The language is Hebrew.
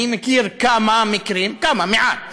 אני מכיר כמה מקרים, כמה, מעט.